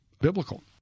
biblical